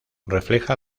refleja